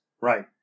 Right